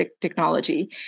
technology